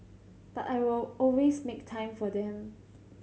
but I will always make time for them